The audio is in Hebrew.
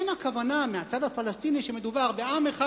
אין הכוונה מהצד הפלסטיני שמדובר בעם אחד